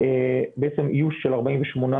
בעצם איוש של 48 שוטרים.